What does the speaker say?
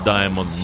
Diamond